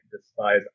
despise